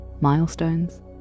Milestones